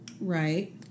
Right